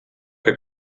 que